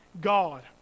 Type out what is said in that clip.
God